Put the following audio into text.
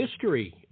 history